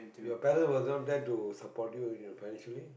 your parent were not there to support you and your financially